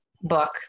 book